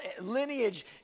lineage